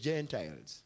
Gentiles